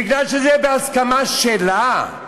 ומכיוון שזה בהסכמה שלה,